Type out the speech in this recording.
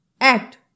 act